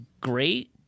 great